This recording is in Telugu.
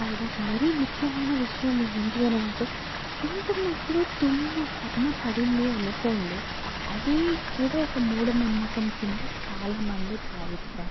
పైగా మరీ ముఖ్యమైన విషయం ఏంటి అని అంటే తింటున్నప్పుడు తుమ్ము సర్ణ పడింది అనుకోండి అది కూడా ఒక మూఢ నమ్మకం కింద చాలామంది భావిస్తారు